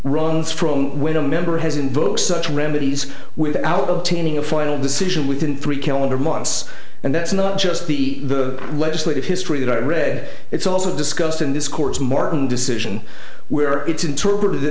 runs from when a member has invoked such remedies without obtaining a final decision within three calendar months and that's not just the legislative history that i read it's also discussed in this court's martin decision where it's interpreted